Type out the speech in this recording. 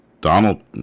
Donald